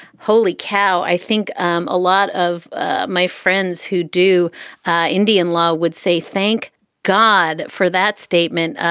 holy cow. i think um a lot of ah my friends who do indian law would say, thank god for that statement.